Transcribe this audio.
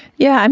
yeah, and